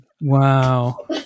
Wow